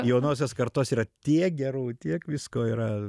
jaunosios kartos yra tiek gerų tiek visko yra